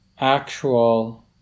actual